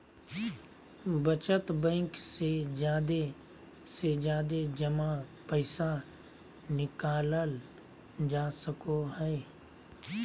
बचत बैंक से जादे से जादे जमा पैसा निकालल जा सको हय